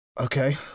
Okay